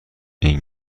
این